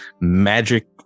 magic